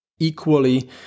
equally